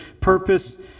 purpose